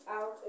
out